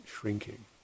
shrinking